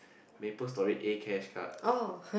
Maple Story A cash cards